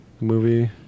movie